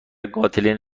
قاتلین